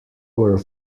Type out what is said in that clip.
were